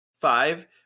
five